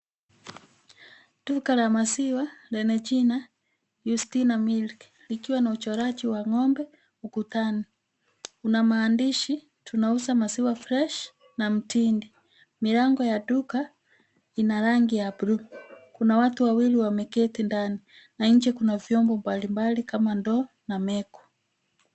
Duka la maziwa lenye jina Yustina Milk ikiwa na uchoraji wa ng'ombe ukutani. Kuna maandishi tunauza maziwa fresh na mtindi. Milango ya duka ina rangi ya bluu. Kuna watu wawili wameketi ndani na nje kuna vyombo mbalimbali kama ndoo na meko.